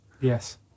Yes